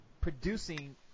producing